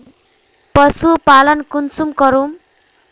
पशुपालन कुंसम करूम?